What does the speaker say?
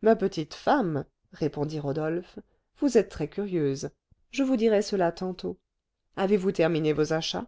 ma petite femme répondit rodolphe vous êtes très curieuse je vous dirai cela tantôt avez-vous terminé vos achats